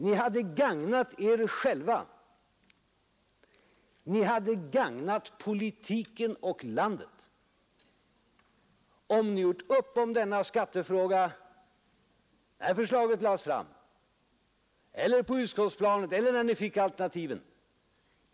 Ni hade gagnat er själva, och ni hade gagnat politiken och landet, om ni gjort upp om denna skattefråga när förslaget lades fram eller på utskottsplanet eller när ni fick alternativen.